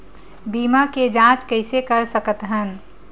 बीमा के जांच कइसे कर सकत हन?